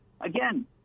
again